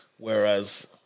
Whereas